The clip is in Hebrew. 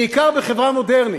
בעיקר בחברה מודרנית.